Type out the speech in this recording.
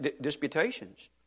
disputations